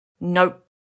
Nope